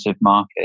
market